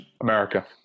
America